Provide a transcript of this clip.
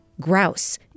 Grouse